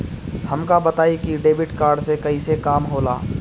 हमका बताई कि डेबिट कार्ड से कईसे काम होला?